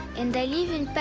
and i